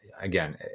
again